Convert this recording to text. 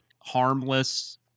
harmless